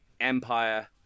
Empire